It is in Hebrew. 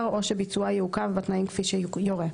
או שביצועה יעוכב בתנאים כפי שיורה.